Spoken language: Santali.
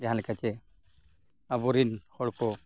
ᱡᱟᱦᱟᱸ ᱞᱮᱠᱟ ᱪᱮ ᱟᱵᱚᱨᱮᱱ ᱦᱚᱲ ᱠᱚ